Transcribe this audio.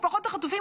משפחות החטופים,